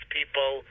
people